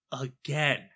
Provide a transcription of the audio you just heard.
Again